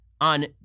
on